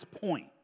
point